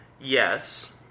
Yes